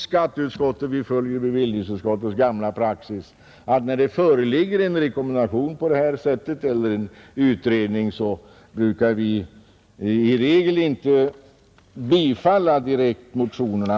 Skatteutskottet följer bevillningsutskottets gamla praxis att när det föreligger en rekommendation på detta sätt eller en utredning i regel inte direkt bifalla motionerna.